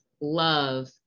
love